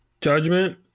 Judgment